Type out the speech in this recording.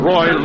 Roy